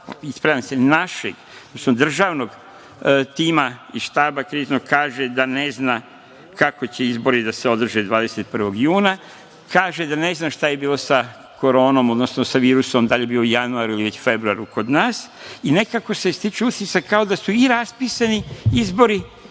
član našeg, odnosno državnog tima iz Kriznog štaba kaže da ne zna kako će izbori da se održe 21. juna, kaže da ne zna šta je bilo sa koronom, odnosno sa virusom, da li je bio u januaru ili u februaru kod nas i nekako se stiče utisak kao da su i raspisani izbori,